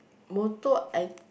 motto I